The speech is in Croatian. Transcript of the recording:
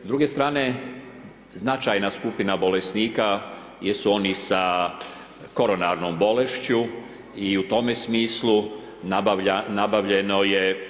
S druge strane značajna skupina bolesnika jesu oni sa koronarnom bolešću i u tome smislu nabavljeno je